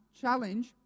challenge